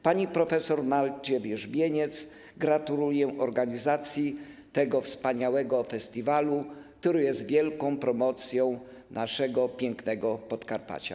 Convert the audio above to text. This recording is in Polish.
Pani prof. Marcie Wierzbieniec gratuluję organizacji tego wspaniałego festiwalu, który jest wielką promocją naszego pięknego Podkarpacia.